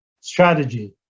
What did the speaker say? strategy